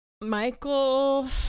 Michael